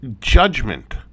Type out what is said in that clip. judgment